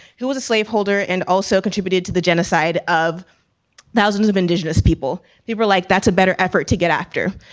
who was a slaveholder and also contributed to the genocide of thousands of indigenous people. they were like, that's a better effort to get actor.